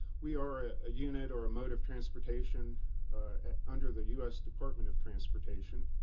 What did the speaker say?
we are ah ah unit or mode of transportation under the u s. department of transportation.